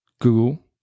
Google